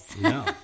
No